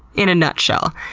in a nutshell.